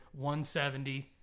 170